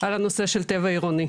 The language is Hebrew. על הנושא של טבע עירוני.